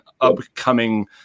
upcoming